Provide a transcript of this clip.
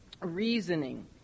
reasoning